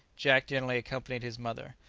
jack generally accompanied his mother.